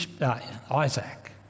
Isaac